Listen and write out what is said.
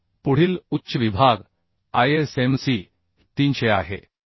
तर पुढील उच्च विभाग ISMC 300 आहे